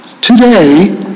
Today